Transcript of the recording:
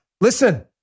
Listen